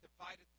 divided